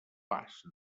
pas